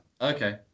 Okay